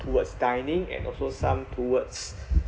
towards dining and also some towards